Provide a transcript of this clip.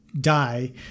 die